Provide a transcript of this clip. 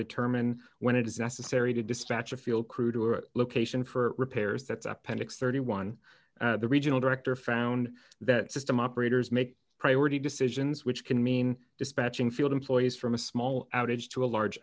determine when it is necessary to dispatch a field crew to a location for repairs that's appendix thirty one dollars the regional director found that system operators make priority decisions which can mean dispatching field employees from a small outage to a large